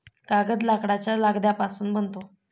कागद लाकडाच्या लगद्यापासून बनतो